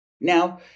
Now